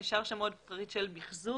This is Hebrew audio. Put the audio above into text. נשאר שם עוד פריט של מיחזור